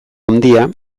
handia